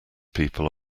people